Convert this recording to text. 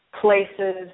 places